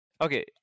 Okay